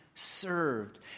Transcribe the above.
served